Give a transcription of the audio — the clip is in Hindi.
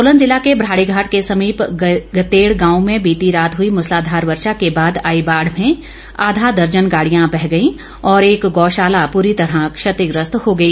सोलन जिला के भराडीघाट के समीप गतेड़ गांव में बीती रात हुई मुसलाधार वर्षा के बाद आई बाढ़ में आधा दर्जन गाड़ियां बह गई और एक गौशाला पूरी तरह क्षतिग्रस्त हो गई